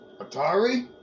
Atari